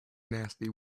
nasty